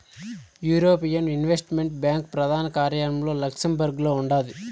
European investment bank ప్రదాన కార్యాలయం లక్సెంబర్గులో ఉండాది